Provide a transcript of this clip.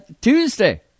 Tuesday